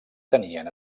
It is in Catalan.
tenien